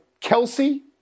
Kelsey